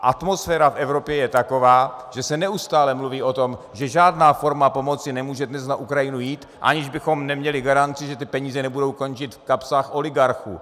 Atmosféra v Evropě je taková, že se neustále mluví o tom, že žádná forma pomoci nemůže dnes na Ukrajinu jít, aniž bychom měli garanci, že peníze nebudou končit v kapsách oligarchů.